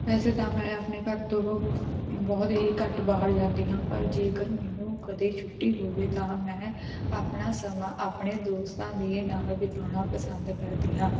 ਵੈਸੇ ਤਾਂ ਮੈਂ ਆਪਣੇ ਘਰ ਤੋਂ ਬੋ ਬਹੁਤ ਹੀ ਘੱਟ ਬਾਹਰ ਜਾਂਦੀ ਹਾਂ ਪਰ ਜੇਕਰ ਮੈਨੂੰ ਕਦੇ ਛੁੱਟੀ ਹੋਵੇ ਤਾਂ ਮੈਂ ਆਪਣਾ ਸਮਾਂ ਆਪਣੇ ਦੋਸਤਾਂ ਦੇ ਨਾਲ ਬਿਤਾਉਣਾ ਪਸੰਦ ਕਰਦੀ ਹਾਂ